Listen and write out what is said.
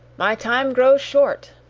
my time grows short,